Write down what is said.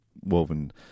woven